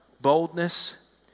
boldness